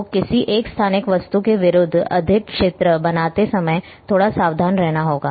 तो किसी एक स्थानिक वस्तु के विरुद्ध अधिक क्षेत्र बनाते समय थोड़ा सावधान रहना होगा